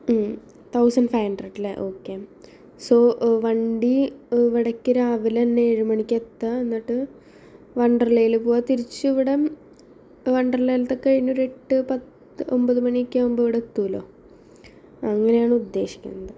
thousand five ഹണ്ട്രഡല്ലേ okay so വണ്ടി ഇവിടെക്ക് രാവിലന്നെ ഏഴുമണിക്ക് എത്താൻ എന്നിട്ട് വൺഡ്രല്ലയിൽ പോവാൻ തിരിച്ചു ഇവിടെ വൺഡ്രല്ലയിലത്തെ കഴിഞ്ഞു ഒരു എട്ട് പത്ത് ഒൻപത് മണിയൊക്കെ ആവുമ്പോൾ ഇവിടെ എത്തൂല്ലോ അങ്ങനെയാണ് ഉദ്ദേശിക്കുന്നത്